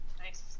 Nice